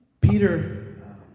Peter